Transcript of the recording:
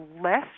less